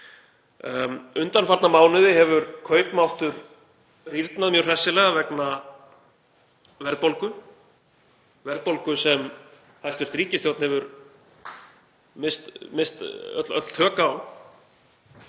Undanfarna mánuði hefur kaupmáttur rýrnað mjög hressilega vegna verðbólgu sem hæstv. ríkisstjórn hefur misst öll tök á.